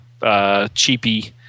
cheapy